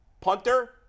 Punter